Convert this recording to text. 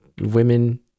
women